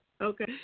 Okay